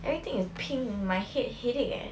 everything is pink my head headache eh